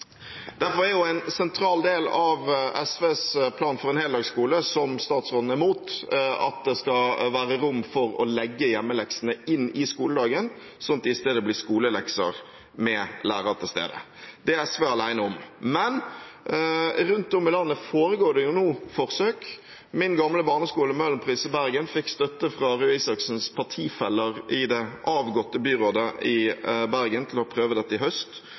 Derfor er en sentral del av SVs plan for en heldagsskole, som statsråden er imot, at det skal være rom for å legge hjemmeleksene inn i skoledagen, sånn at det i stedet blir skolelekser med lærer til stede. Det er SV alene om. Men rundt om i landet foregår det jo nå forsøk. Min gamle barneskole, Møhlenpris i Bergen, fikk støtte fra Røe Isaksens partifeller i det avgåtte byrådet i Bergen til å prøve dette i høst,